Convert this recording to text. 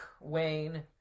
Wayne